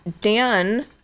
Dan